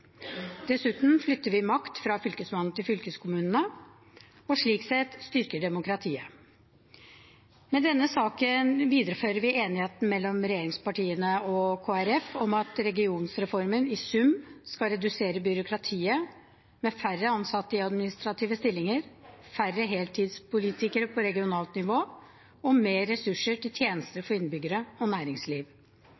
Dessuten flytter vi makt fra Fylkesmannen til fylkeskommune, og slik sett styrker vi demokratiet. Med denne saken viderefører vi enigheten mellom regjeringspartiene og Kristelig Folkeparti om at regionreformen i sum skal redusere byråkratiet, med færre ansatte i administrative stillinger, færre heltidspolitikere på regionalt nivå og flere ressurser til tjenester